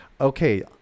okay